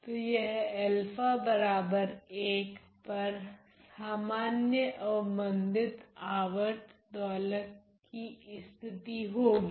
तो यह पर सामान्य अवमंदित आवर्त दोलक की स्थिति होगी